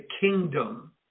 kingdom